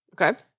Okay